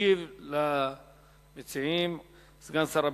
ישיב למציעים סגן שר הביטחון,